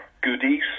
goodies